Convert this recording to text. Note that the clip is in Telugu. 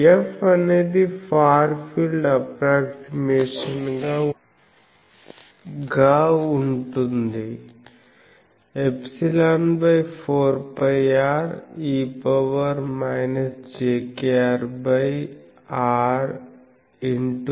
F అనేది ఫార్ ఫీల్డ్ అప్ప్రోక్సిమేషన్ గా ఉంటుంది ∊4πre jkrrL